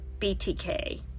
BTK